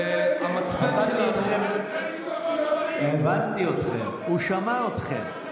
עבדתי איתכם, הבנתי אתכם, הוא שמע אתכם.